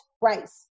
rice